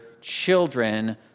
children